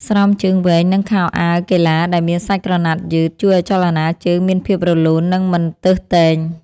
ស្រោមជើងវែង និងខោអាវកីឡាដែលមានសាច់ក្រណាត់យឺត ជួយឱ្យចលនាជើងមានភាពរលូន និងមិនទើសទែង។